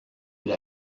elle